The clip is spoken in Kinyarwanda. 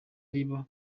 riba